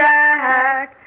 Jack